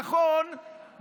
נכון,